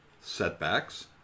setbacks